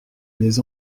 les